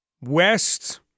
West